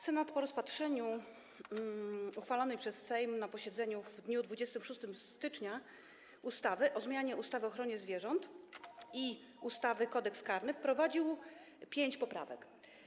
Senat po rozpatrzeniu uchwalonej przez Sejm na posiedzeniu w dniu 26 stycznia ustawy o zmianie ustawy o ochronie zwierząt i ustawy Kodeks karny wprowadził pięć poprawek.